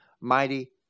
mighty